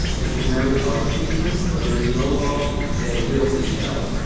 if you marry out of interest, but there is no love, there will be hell.